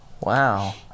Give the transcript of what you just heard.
Wow